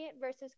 versus